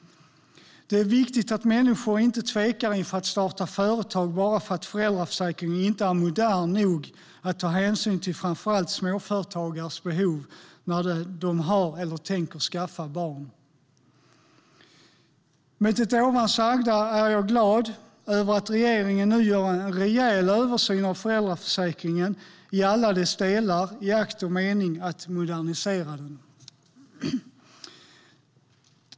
Det är viktigt att människor inte tvekar inför att starta företag bara för att föräldraförsäkringen inte är modern nog att ta hänsyn till framför allt småföretagares behov när de har eller tänker skaffa barn. Med detta sagt är jag glad över att regeringen nu gör en rejäl översyn av föräldraförsäkringen i alla dess delar i akt och mening att modernisera den.